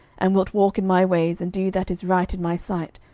and wilt walk in my ways, and do that is right in my sight,